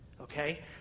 Okay